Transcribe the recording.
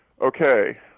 okay